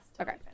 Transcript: Okay